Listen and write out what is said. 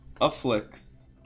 afflicts